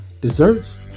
desserts